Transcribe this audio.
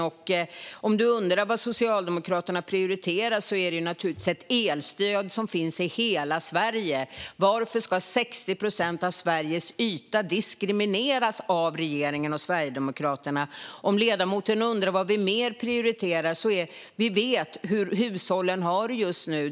Om ledamoten undrar vad Socialdemokraterna prioriterar kan jag säga att det naturligtvis är ett elstöd som finns i hela Sverige. Varför ska 60 procent av Sveriges yta diskrimineras av regeringen och Sverigedemokraterna? Undrar ledamoten vad mer vi prioriterar? Vi vet hur hushållen har det just nu.